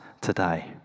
today